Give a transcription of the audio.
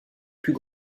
plus